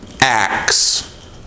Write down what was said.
acts